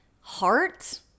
heart